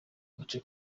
gace